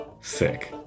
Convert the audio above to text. Sick